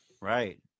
right